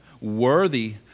worthy